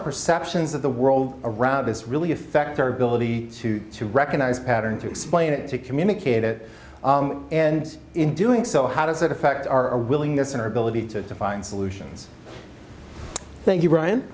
perceptions of the world around us really affect our ability to recognize patterns to explain it to communicate it and in doing so how does that affect our willingness in our ability to find solutions thank you brian